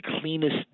cleanest